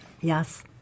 Yes